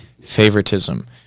favoritism